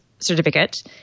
Certificate